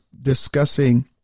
discussing